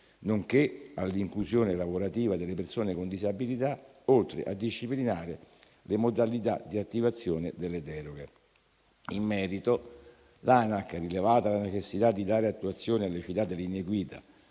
nonché all'inclusione lavorativa delle persone con disabilità, oltre a disciplinare le modalità di attivazione delle deroghe. In merito, l'ANAC, rilevata la necessità di dare attuazione alle citate linee guida,